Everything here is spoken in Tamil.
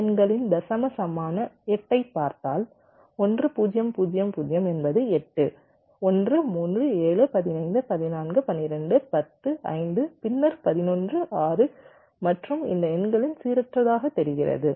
இந்த எண்களின் தசம சமமான 8 ஐப் பார்த்தால் 1 0 0 0 என்பது 8 1 3 7 15 14 12 10 5 பின்னர் 11 6 மற்றும் இந்த எண்களில் சீரற்றதாகத் தெரிகிறது